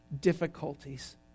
difficulties